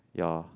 ya